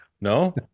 No